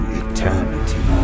eternity